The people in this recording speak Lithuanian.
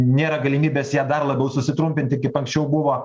nėra galimybės ją dar labiau susitrumpinti kaip anksčiau buvo